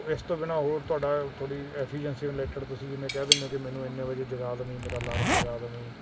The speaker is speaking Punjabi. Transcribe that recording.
ਇਸ ਤੋਂ ਬਿਨਾਂ ਹੋਰ ਤੁਹਾਡਾ ਥੋੜੀ ਐਫੀਸ਼ੀਅਲ ਰਿਲੇਟਡ ਤੁਸੀਂ ਜਿਵੇਂ ਕਹਿ ਦਿੰਨੇ ਹੋ ਕਿ ਮੈਨੂੰ ਇੰਨੇ ਵਜੇ ਜਗਾ ਦਵੇ ਮੇਰਾ ਅਲਾਰਮ ਲਗਾ ਦਵੀ